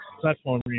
platform